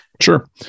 Sure